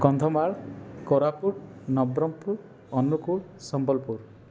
Kandhamal Koraput Nabarangpur Angul Sambalpur